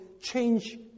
change